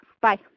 Bye